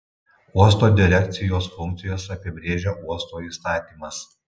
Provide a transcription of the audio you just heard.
uosto direkcijos funkcijas apibrėžia uosto įstatymas